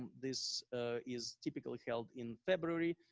this is typically held in february,